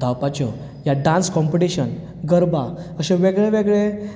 धांवपाच्यो या dance competition garba अशें वेगळें वेगळें